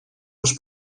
los